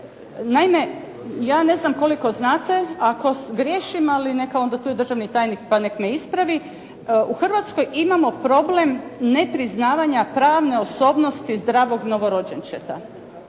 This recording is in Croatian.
Naime, ja ne znam koliko znate, ako griješim ali neka onda tu i državni tajnik, pa nek' me ispravi. U Hrvatskoj imamo problem nepriznavanja pravne osobnosti zdravog novorođenčeta